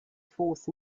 force